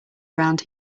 around